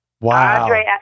Wow